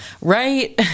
Right